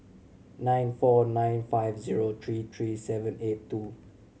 nine four nine five zero three three seven eight two